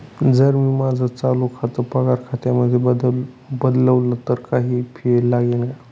जर मी माझं चालू खातं पगार खात्यामध्ये बदलवल, तर काही फी लागेल का?